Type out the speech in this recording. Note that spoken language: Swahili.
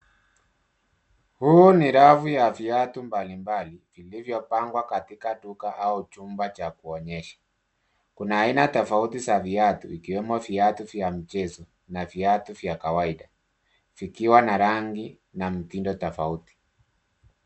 Hii ni rafu ya viatu mbalimbali, vilivyopangwa katika duka au chumba cha kuonyesha. Kuna aina tofauti za viatu, ikiwemo viatu vya mchezo na viatu vya kawaida, vikiwa na rangi na mitindo tofauti.